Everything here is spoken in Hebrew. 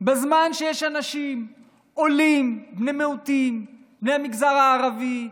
בזמן שיש אנשים עולים, בני מיעוטים, מהמגזר הערבי,